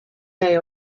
day